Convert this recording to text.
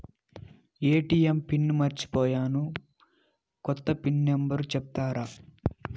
ATM pin మర్చిపోయాను పోయాను, కొత్త పిన్ నెంబర్ సెప్తారా?